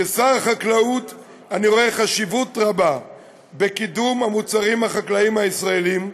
כשר החקלאות אני רואה חשיבות רבה בקידום המוצרים החקלאיים הישראליים,